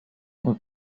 und